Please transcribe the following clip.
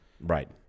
Right